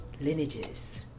lineages